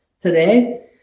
today